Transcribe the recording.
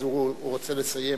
אז הוא רוצה לסיים.